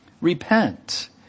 Repent